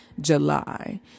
July